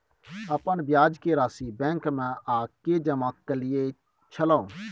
अपन ब्याज के राशि बैंक में आ के जमा कैलियै छलौं?